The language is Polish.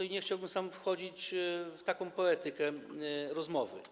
Sam nie chciałbym wchodzić w taką poetykę rozmowy.